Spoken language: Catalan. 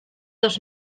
dos